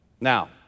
Now